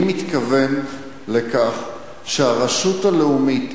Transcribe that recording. אני מתכוון לכך שהרשות הלאומית,